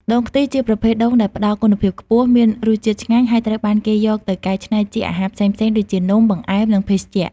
ដូងខ្ទិះ ជាប្រភេទដូងដែលផ្តល់គុណភាពខ្ពស់ មានរសជាតិឆ្ងាញ់ ហើយត្រូវបានគេយកទៅកែច្នៃជាអាហារផ្សេងៗដូចជា នំ បង្អែម និងភេសជ្ជៈ។